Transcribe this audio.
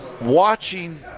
watching